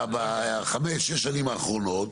בחמש או שש הנשים האחרונות.